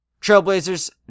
Trailblazers